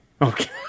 Okay